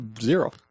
Zero